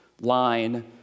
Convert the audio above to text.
line